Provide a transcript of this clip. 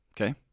Okay